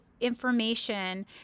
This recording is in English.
information